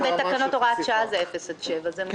גם בתקנות הקבע זה אפס עד שבע.